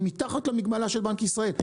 היא מתחת למגבלה של בנק ישראל.